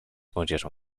młodzieżą